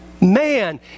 man